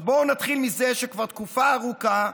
בואו נתחיל מזה שכבר תקופה ארוכה,